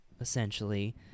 essentially